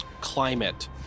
climate